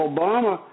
Obama